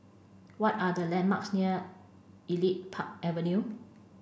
what are the landmarks near Elite Park Avenue